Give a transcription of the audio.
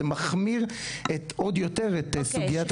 זה מחמיר את עוד יותר את סוגיית התעסוקה.